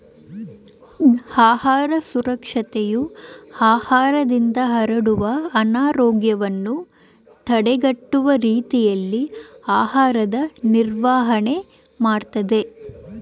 ಆಹಾರ ಸುರಕ್ಷತೆಯು ಆಹಾರದಿಂದ ಹರಡುವ ಅನಾರೋಗ್ಯವನ್ನು ತಡೆಗಟ್ಟುವ ರೀತಿಯಲ್ಲಿ ಆಹಾರದ ನಿರ್ವಹಣೆ ಮಾಡ್ತದೆ